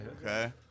Okay